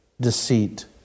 deceit